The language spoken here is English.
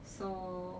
so